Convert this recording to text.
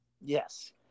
yes